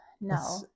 no